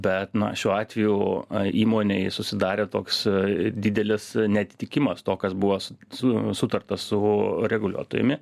bet nuo šiuo atveju įmonei susidarė toks didelis neatitikimas to kas buvo su su sutarta su reguliuotojumi